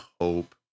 hope